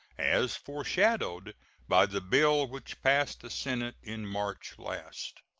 as foreshadowed by the bill which passed the senate in march last.